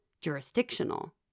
jurisdictional